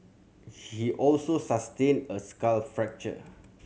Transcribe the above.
he also sustained a skull fracture